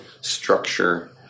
structure